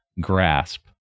grasp